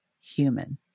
human